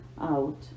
out